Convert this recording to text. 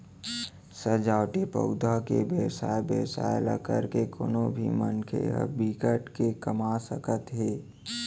सजावटी पउधा के बेवसाय बेवसाय ल करके कोनो भी मनखे ह बिकट के कमा सकत हे